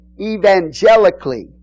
evangelically